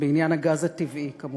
בעניין הגז הטבעי, כמובן.